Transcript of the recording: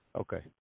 Okay